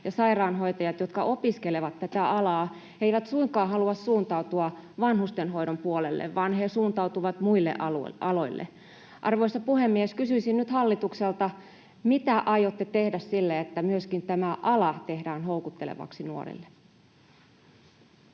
sairaanhoitajat, jotka opiskelevat tätä alaa, eivät suinkaan halua suuntautua vanhustenhoidon puolelle vaan he suuntautuvat muille aloille. Arvoisa puhemies! Kysyisin nyt hallitukselta: mitä aiotte tehdä sille, että myöskin tämä ala tehdään houkuttelevaksi nuorille?